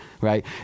right